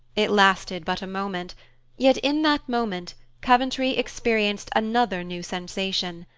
it lasted but a moment yet in that moment coventry experienced another new sensation.